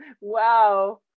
Wow